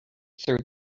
threw